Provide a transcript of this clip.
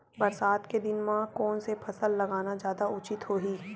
बरसात के दिन म कोन से फसल लगाना जादा उचित होही?